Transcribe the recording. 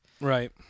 Right